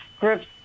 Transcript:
groups